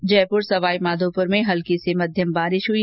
आज जयपुर और सवाईमाधोपुर में हल्की से मध्यम बारिश हुई